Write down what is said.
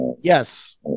Yes